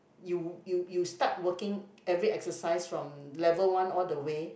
you you you start working every exercise from level one all the way